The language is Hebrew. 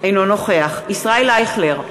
אינו נוכח ישראל אייכלר,